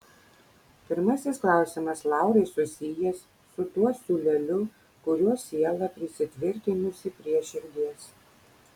pirmasis klausimas laurai susijęs su tuo siūleliu kuriuo siela prisitvirtinusi prie širdies